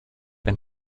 ein